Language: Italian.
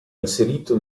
inserito